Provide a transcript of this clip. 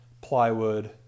plywood